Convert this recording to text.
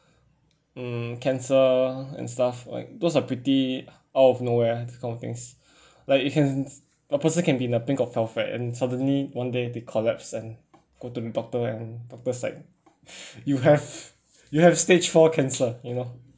mm cancer and stuff like those are pretty out of nowhere this kind of things like you can a person can be in a pink of health and suddenly one day they collapse and go to the doctor and doctor's like you have you have stage four cancer you know